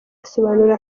asobanura